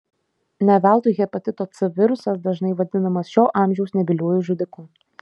ne veltui hepatito c virusas dažnai vadinamas šio amžiaus nebyliuoju žudiku